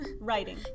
Writing